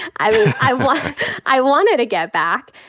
i wanted i wanted to get back.